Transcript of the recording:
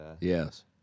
yes